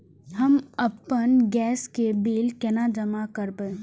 हम आपन गैस के बिल केना जमा करबे?